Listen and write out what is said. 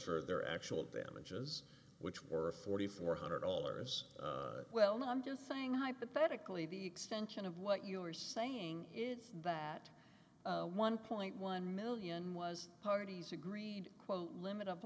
for their actual damages which were forty four hundred dollars well no i'm just saying hypothetically the extension of what you are saying is that one point one million was parties agreed quote limit of